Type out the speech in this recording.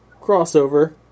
crossover